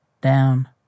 down